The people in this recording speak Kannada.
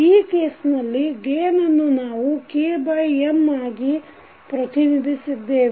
ಈ ಕೇಸ್ನಲ್ಲಿ ಗೇನ್ ಅನ್ನು ನಾವು KM ಆಗಿ ಪ್ರತಿನಿಧಿಸಿದ್ದೇವೆ